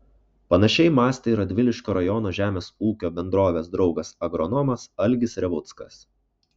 panašiai mąstė ir radviliškio rajono žemės ūkio bendrovės draugas agronomas algis revuckas